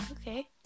Okay